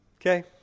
Okay